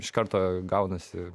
iš karto gaunasi